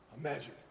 Imagine